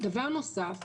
דבר נוסף,